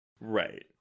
Right